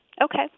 Okay